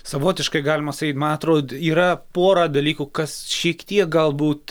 savotiškai galima sakyt ma atrod yra pora dalykų kas šiek tiek galbūt